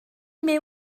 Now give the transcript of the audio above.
mais